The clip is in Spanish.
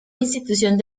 institución